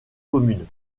communes